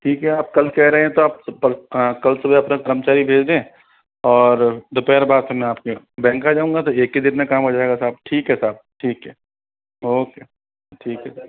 ठीक है आप कल कह रहे है तो आप कल सुबह अपना कर्मचारी भेज दें और दोपहर बाद मैं आपके बैंक आ जाऊंगा तो एक ही दिन में काम हो जाएगा साहब ठीक है साहब ठीक है ओके ठीक है